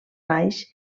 baix